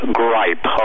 gripe